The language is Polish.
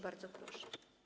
Bardzo proszę.